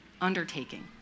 undertaking